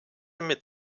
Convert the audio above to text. mit